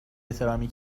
احترامی